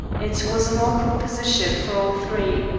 it was an awkward position for all three.